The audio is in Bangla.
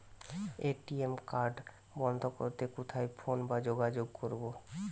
এ.টি.এম কার্ড বন্ধ করতে কোথায় ফোন বা যোগাযোগ করব?